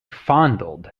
fondled